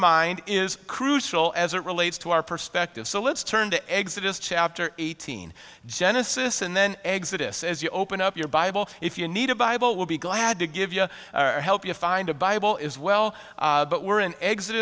mind is crucial as it relates to our perspective so let's turn to exit is chapter eighteen genesis and then exit is as you open up your bible if you need a bible will be glad to give you help you find a bible is well but we're an exit